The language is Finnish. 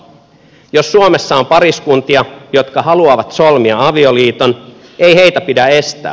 jos suomessa on pariskuntia jotka haluavat solmia avioliiton ei heitä pidä estää